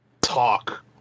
talk